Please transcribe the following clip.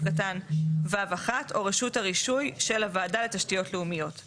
קטן (ו1) ,או רשות הרישוי של הוועדה לתשתיות לאומיות,